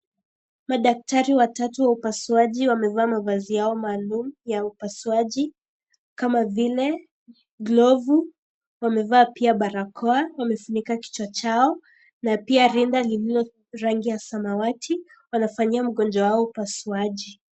Madaktari watatu wa upasuaji wamevaa mavazi yao maalum ya upasuji kama vile glovu, wamevaa pia barakoa, wamefunika kichwa chao na pia rinda lililo rangi ya samawati. Wanafanyia mgonjwa wao upasuaji.